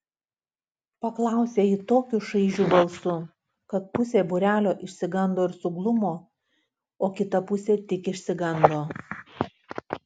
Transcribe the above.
paklausė ji tokiu šaižiu balsu kad pusė būrelio išsigando ir suglumo o kita pusė tik išsigando